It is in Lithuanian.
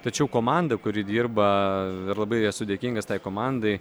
tačiau komanda kuri dirba labai esu dėkingas tai komandai